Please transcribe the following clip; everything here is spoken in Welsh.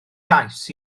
gais